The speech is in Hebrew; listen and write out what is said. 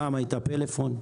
פעם הייתה פלאפון,